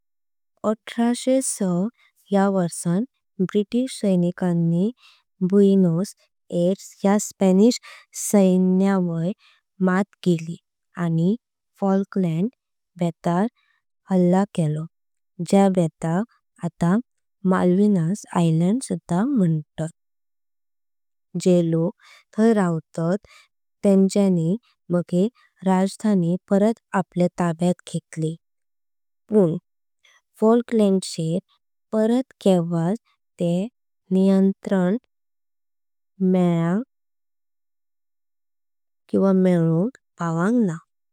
एकोनीशे सहा या वर्सान ब्रिटिश सैनिकांनी ब्युएनोस। आयरेस या स्पॅनिश सैन्यावैर मट केली। आणि फॉकलंड बेटार हल्ला केला ज्या बेटाक आत्ता। माल्विनास आयलंड सुधा म्हणपतात जे लोक थय राहतात। त्यांच्या मागेर राजधानी परत आपल्या ताब्यान। घेतली पण फॉकलंड चेर परत कॕवाच ते। नियंत्रण मिलवून पावंक ना।